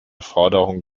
forderung